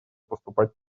поступать